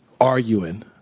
arguing